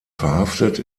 verhaftet